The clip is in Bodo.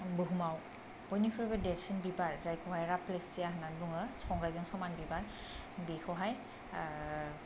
बुहुमाव बयनिख्रुइबो देरसिन बिबार जायखौहाय राफ्लेसिया होननानै बुङो संग्रायजों समान बिबार बेखौहाय